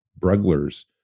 Brugler's